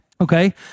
okay